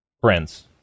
friends